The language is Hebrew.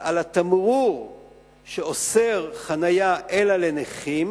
שעל התמרור שאוסר חנייה אלא לנכים